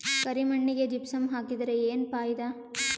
ಕರಿ ಮಣ್ಣಿಗೆ ಜಿಪ್ಸಮ್ ಹಾಕಿದರೆ ಏನ್ ಫಾಯಿದಾ?